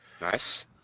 Nice